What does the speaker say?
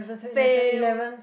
fail